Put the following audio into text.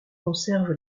conserve